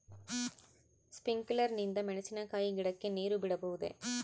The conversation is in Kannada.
ಸ್ಪಿಂಕ್ಯುಲರ್ ನಿಂದ ಮೆಣಸಿನಕಾಯಿ ಗಿಡಕ್ಕೆ ನೇರು ಬಿಡಬಹುದೆ?